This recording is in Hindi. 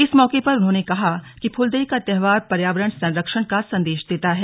इस मौके पर उन्होंने कहा कि फूलदेई का त्योहार पर्यावरण संरक्षण का संदेश देता है